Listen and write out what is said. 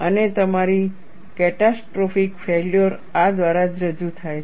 અને તમારી catastrophic failure આ દ્વારા રજૂ થાય છે